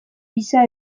pisa